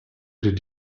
did